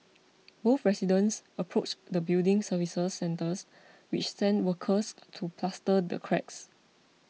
both residents approached their building services centres which sent workers to plaster the cracks